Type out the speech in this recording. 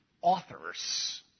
authors